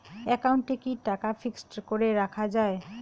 একাউন্টে কি টাকা ফিক্সড করে রাখা যায়?